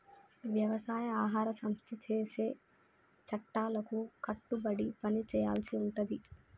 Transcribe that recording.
వ్యవసాయ ఆహార సంస్థ చేసే చట్టాలకు కట్టుబడి పని చేయాల్సి ఉంటది